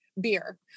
beer